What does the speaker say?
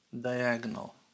diagonal